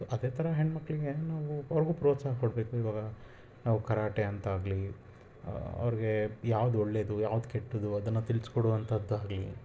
so ಅದೇ ಥರ ಹೆಣ್ಣು ಮಕ್ಕಳಿಗೆ ನಾವು ಅವ್ರಿಗೂ ಪ್ರೋತ್ಸಾಹ ಕೊಡಬೇಕು ಇವಾಗ ನಾವು ಕರಾಟೆ ಅಂತಾಗಲಿ ಅವ್ರಿಗೆ ಯಾವ್ದು ಒಳ್ಳೆಯದು ಯಾವ್ದು ಕೆಟ್ಟದ್ದು ಅದನ್ನು ತಿಳ್ಸಿಕೊಡುವಂತಹದ್ದಾಗ್ಲಿ